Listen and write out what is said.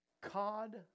cod